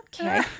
Okay